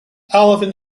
alvin